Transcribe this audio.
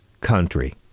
country